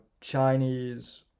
Chinese